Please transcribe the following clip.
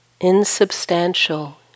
Insubstantial